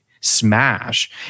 smash